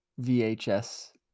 vhs